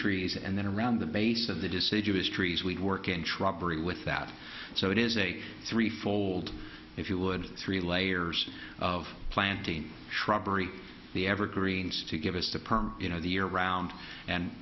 trees and then around the base of the deciduous trees we'd work in trouble with that so it is a three fold if you would three layers of planting shrubbery the evergreens to give us the perm you know the year round and